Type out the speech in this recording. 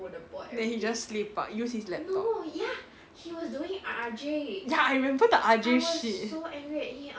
then he just sleep ah use his laptop ya I remember the R_J shit